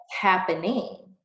happening